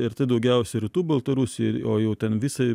ir tai daugiausia rytų baltarusijoj o jau ten visai